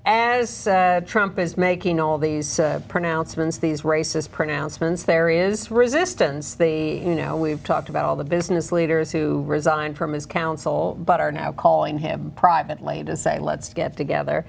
as trump is making all these pronouncements these racist pronouncements there is resistance the you know we've talked about all the business leaders who resigned from his council but are now calling him privately to say let's get together